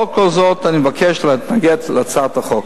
לאור כל זאת אני מבקש להתנגד להצעת החוק.